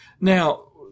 Now